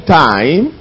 time